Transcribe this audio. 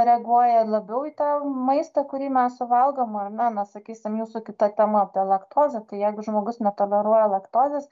reaguoja labiau į tą maistą kurį mes suvalgom ar ne na sakysim jūsų kita tema apie laktozę tai jeigu žmogus netoleruoja laktozės